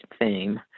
theme